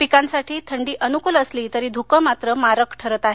पिकांसाठी थंडी अनुकल असली तरी धकं मात्र मारक ठरत आहे